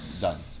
Done